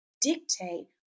dictate